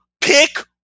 Pick